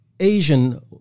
Asian